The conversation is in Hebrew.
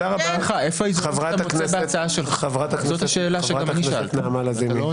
חברת הכנסת נעמה לזימי.